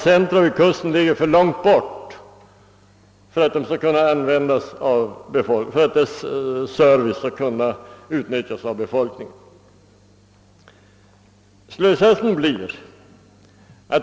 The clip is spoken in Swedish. Centra vid kusten ligger för långt bort för att den service som där ges skall kunna utnyttjas av befolkningen.